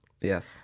Yes